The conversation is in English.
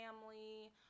family